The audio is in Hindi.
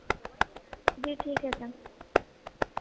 जी ठीक है तब